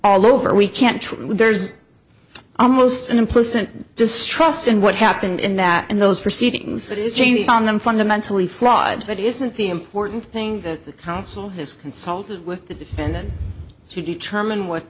all over we can't there's almost an implicit distrust in what happened in that in those proceedings change on them fundamentally flawed but isn't the important thing that the council has consulted with the defendant to determine w